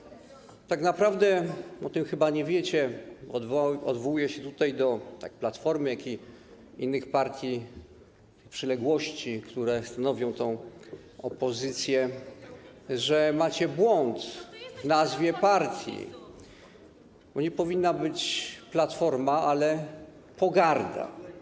Tak naprawdę o tym chyba nie wiecie - odwołuję się zarówno do Platformy, jak i do innych partii przyległości, które stanowią tę opozycję - że macie błąd w nazwie partii, bo nie powinno być: platforma, ale pogarda.